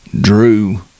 drew